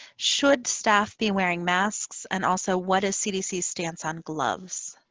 should staff be wearing masks, and also what is cdc's stance on gloves?